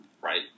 right